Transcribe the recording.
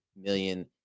million